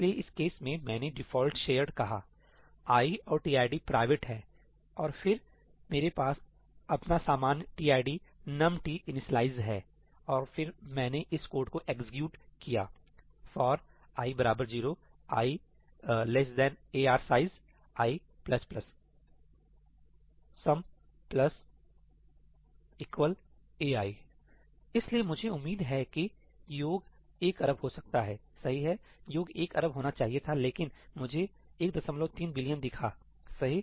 इसलिए इस केस में मैंने डिफॉल्ट शेयर्ड कहा i और tid प्राइवेट है और फ़िर मेरा मतलब मेरे पास अपना सामान्य tid numt इनीशिएलाइज् है और फिर मैंने इस कोड को एग्जीक्यूट किया 'fori 0 i ARR size i ' 'sum ai' इसलिए मुझे उम्मीद है कि योग एक अरब हो सकता है सही है योग एक अरब होना चाहिए था लेकिन मुझे 13 बिलियन दिखा सही